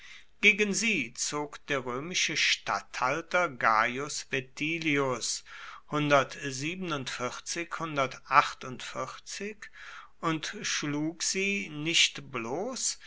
gegen sie zog der römische statthalter gaius vetilius und schlug sie nicht bloß